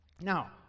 Now